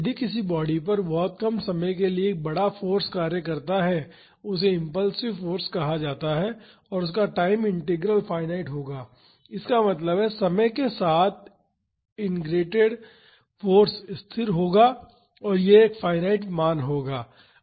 यदि किसी बॉडी पर बहुत कम समय के लिए एक बड़ा फाॅर्स कार्य करता है उसे इम्पल्सिव फाॅर्स कहा जाता है और इसका टाइम इंटीग्रल फाईनाईट होगा इसका मतलब है समय के साथ इनग्रेटेड फाॅर्स स्थिर होगा यह एक फाईनाईट मान होगा